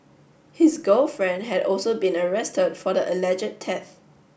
his girlfriend had also been arrested for the alleged theft